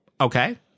Okay